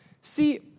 See